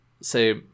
say